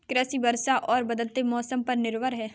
कृषि वर्षा और बदलते मौसम पर निर्भर है